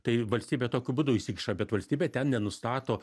taigi valstybė tokiu būdu įsikiša bet valstybė ten nenustato